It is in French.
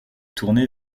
tournée